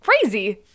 crazy